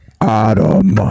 Adam